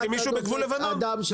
אני נלחם, בוודאי.